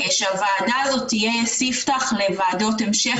שהוועדה הזאת תהיה סיפתח לוועדות המשך